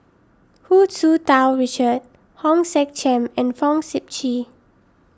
Hu Tsu Tau Richard Hong Sek Chern and Fong Sip Chee